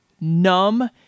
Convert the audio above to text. numb